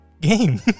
Game